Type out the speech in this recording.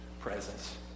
presence